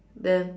then